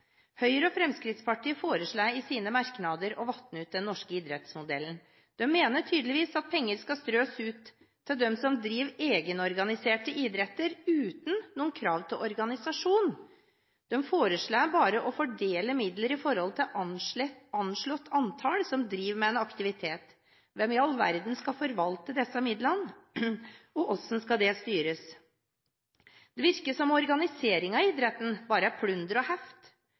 Høyre og Fremskrittspartiet foreslår i sine merknader å vanne ut den norske idrettsmodellen. De mener tydeligvis at penger skal strøs ut til dem som driver egenorganiserte idretter uten noe krav til organisasjon. De foreslår bare å fordele midler i forhold til anslått antall som driver med en aktivitet. Hvem i all verden skal forvalte disse midlene, og hvordan skal det styres? Det virker som organiseringen av idretten bare er plunder og heft.